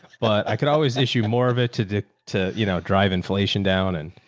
but i could always issue more of it to d to you know drive inflation down and.